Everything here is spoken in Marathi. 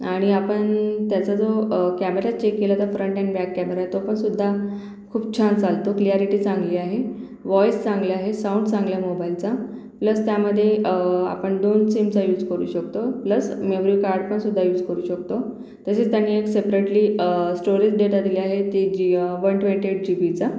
आणि आपण त्याचा जो कॅमेरा चेक केला तर फ्रंट अॅण बॅक कॅमेरा तो पण सुद्धा खूप छान चालतो क्लियारीटी चांगली आहे वॉईस चांगले आहे साऊंट चांगला आहे मोबाईलचा प्लस त्यामध्ये आपण दोन सिमचा यूच करू शकतो प्लस मेमरी कार्डपण सु्द्धा यूस करू शकतो तसेच त्यांनी एक सेपरेटली स्टोरेज डेटा दिले आहे ते G one twenty eight G बीचा